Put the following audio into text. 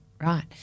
right